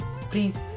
please